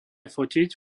fotiť